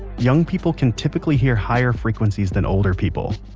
young people can typically hear higher frequencies than older people.